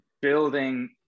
building